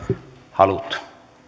halut